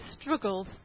struggles